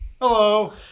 hello